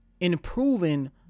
improving